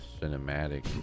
cinematic